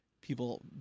people